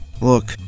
Look